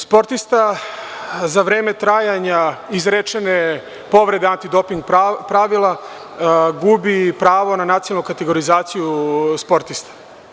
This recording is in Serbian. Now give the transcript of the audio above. Sportista za vreme trajanja izrečene povrede antidoping pravila gubi pravo na nacionalnu kategorizaciju sportista.